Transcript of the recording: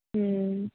ਹੂੰ